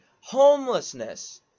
homelessness